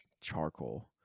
Charcoal